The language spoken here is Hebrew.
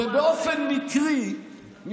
ובאופן מקרי,